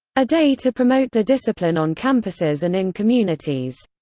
a day to promote the discipline on campuses and in communities.